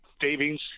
savings